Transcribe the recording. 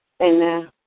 Amen